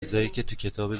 کتاب